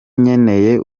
nkeneye